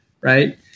Right